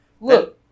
Look